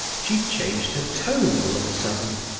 she changed her tone, all of a sudden.